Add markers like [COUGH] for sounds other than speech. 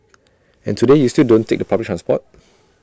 [NOISE] and today you still don't take public transport [NOISE]